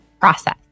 process